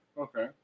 Okay